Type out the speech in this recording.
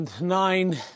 Nine